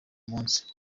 munsi